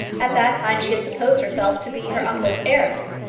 at that time she had supposed herself to be her uncle's heiress,